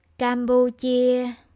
Cambodia